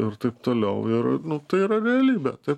ir taip toliau ir nu tai yra realybė tai